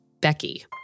Becky